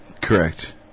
Correct